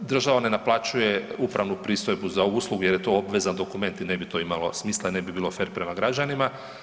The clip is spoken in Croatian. Država ne naplaćuje upravnu pristojbu za ovu uslugu jer je to obvezan dokument i ne bi to imalo smisla i ne bi bilo fer prema građanima.